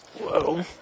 whoa